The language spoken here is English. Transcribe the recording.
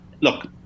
Look